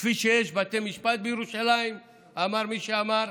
כפי שיש בתי משפט בירושלים, אמר מי שאמר.